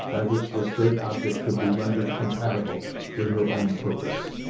by which this great object could be rendered compatible with her own purpose.